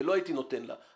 ולא הייתי נותן לה.